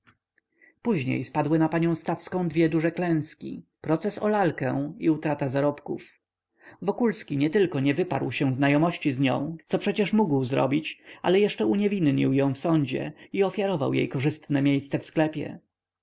później spadły na panią stawską dwie duże klęski proces o lalkę i utrata zarobków wokulski nietylko nie wyparł się znajomości z nią co przecież mógł zrobić ale jeszcze uniewinnił ją w sądzie i ofiarował jej korzystne miejsce w sklepie